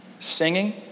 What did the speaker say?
Singing